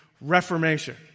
reformation